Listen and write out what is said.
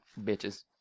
Bitches